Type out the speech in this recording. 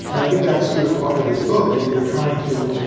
and i think that's sort of part of this book. you're you're trying to,